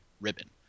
ribbon